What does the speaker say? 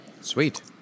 Sweet